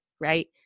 right